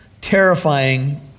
terrifying